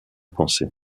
pensées